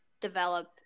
develop